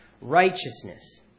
Righteousness